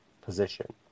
position